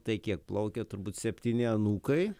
tai kiek plaukė turbūt septyni anūkai